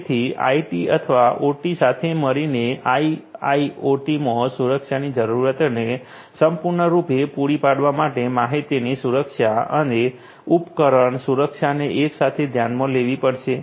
તેથી આઇટી અથવા ઓટી સાથે મળીને આઈઆઈઓટીમાં સુરક્ષાની જરૂરિયાતોને સંપૂર્ણ રૂપે પૂરી પાડવા માટે માહિતી સુરક્ષા અને ઉપકરણ સુરક્ષાને એક સાથે ધ્યાનમાં લેવી પડશે